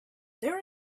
there